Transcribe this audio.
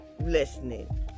listening